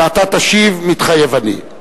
ואתה תשיב "מתחייב אני".